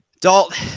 Dalt